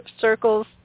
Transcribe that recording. Circles